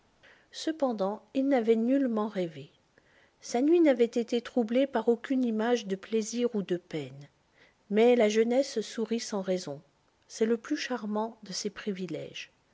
cependant il n'avait nullement rêvé sa nuit n'avait été troublée par aucune image de plaisir ou de peine mais la jeunesse sourit sans raison c'est le plus charmant de ses privilèges